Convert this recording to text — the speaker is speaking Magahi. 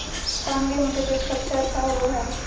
कौन गेंहू के बीज सबेसे अच्छा होबो हाय?